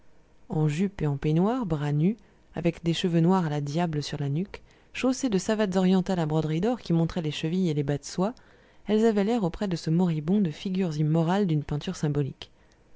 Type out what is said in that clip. en jupe et en peignoir bras nus avec des cheveux noirs à la diable sur la nuque chaussées de savates orientales à broderies d'or qui montraient les chevilles et les bas de soie elles avaient l'air auprès de ce moribond des figures immorales d'une peinture symbolique